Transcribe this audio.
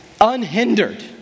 unhindered